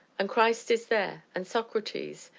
and christ is there, and socrates,